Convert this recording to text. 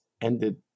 ended